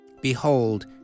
Behold